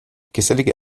gesellige